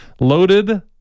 Loaded